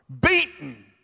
beaten